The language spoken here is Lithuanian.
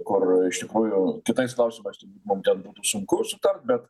kur iš tikrųjų kitais klausimais mum ten sunku sutart bet